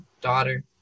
daughter